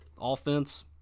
Offense